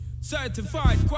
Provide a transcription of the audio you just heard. Certified